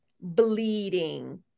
bleeding